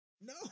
No